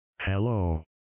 Hello